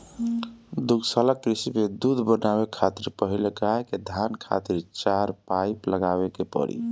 दुग्धशाला कृषि में दूध बनावे खातिर पहिले गाय के थान खातिर चार पाइप लगावे के पड़ी